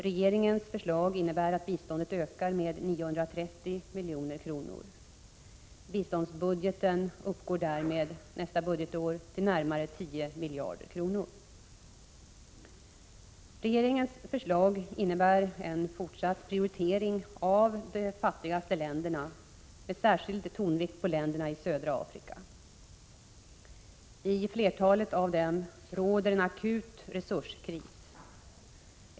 Regeringens förslag innebär att biståndet ökar med 930 milj.kr. Biståndsbudgeten uppgår därmed nästa budgetår till närmare 10 miljarder kronor. Regeringens förslag innebär en fortsatt prioritering av de fattigaste länderna med särskild tonvikt på länderna i södra Afrika. I flertalet av dem råder en akut resurskris.